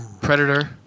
Predator